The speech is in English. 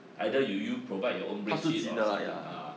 either you you provide your own bedsheet or something ah